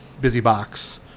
BusyBox